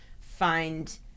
find